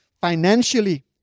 financially